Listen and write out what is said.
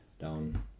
down